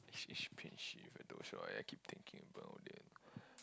it's expensive I don't know why I keep thinking about it